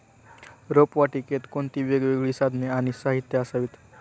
रोपवाटिकेत कोणती वेगवेगळी साधने आणि साहित्य असावीत?